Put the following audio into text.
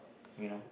you know